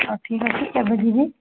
ହଉ ଠିକ୍ ଅଛି କେବେ ଯିବି